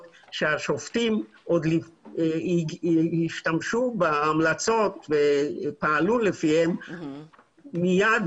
שהשופטים השתמשו בהמלצות ופעלו לפיהן מיד,